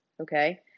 Okay